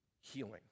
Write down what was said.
healing